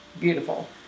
beautiful